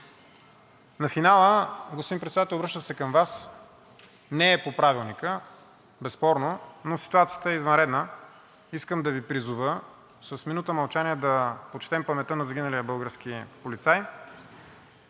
На финала, господин Председател, обръщам се към Вас – не е по Правилника безспорно, но ситуацията е извънредна. Искам да Ви призова с минута мълчание да почетем паметта на загиналия български полицай,